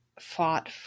fought